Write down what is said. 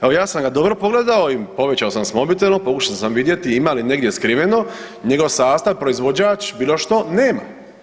Evo ja sam ga dobro pogledao i povećao sam s mobitelom, pokušao sam vidjeti ima li negdje skriveno njegov sastav, proizvođač, bilo što, nema.